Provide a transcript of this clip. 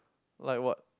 like what